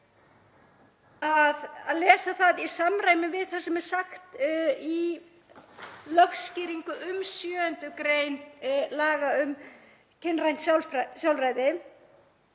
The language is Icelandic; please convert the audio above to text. ég les hana í samræmi við það sem er sagt í lögskýringu um 7. gr. laga um kynrænt sjálfræði